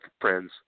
friends